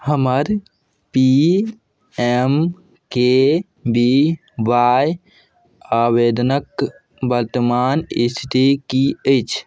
हमर P M K V Y आवेदनक वर्तमान स्थिति की अछि